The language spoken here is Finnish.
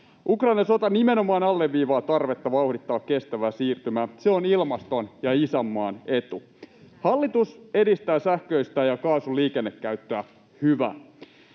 Ukrainan sota nimenomaan alleviivaa tarvetta vauhdittaa kestävää siirtymää, se on ilmaston ja isänmaan etu. Hallitus edistää sähkön ja kaasun liikennekäyttöä — hyvä.